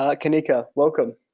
ah kanika, welcome.